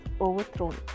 overthrown